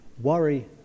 Worry